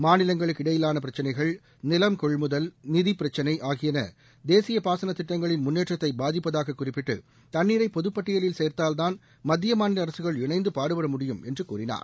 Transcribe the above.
மாநிலங்களுக்கு இடையிலான பிரச்சினைகள் நிலம் கொள்முதல் நிதிப்பிரச்சினை ஆகியன தேசிய பாசன திட்டங்களின் முன்னேற்றத்தை பாதிப்பதாக குறிப்பிட்டு தண்ணீரை பொது பட்டியலில் சேர்த்தால் தான் மத்திய மாநில அரசுகள் இணைந்து பாடுபட முடியும் என்று கூறினார்